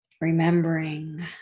remembering